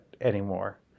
anymore